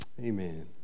Amen